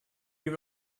you